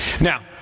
Now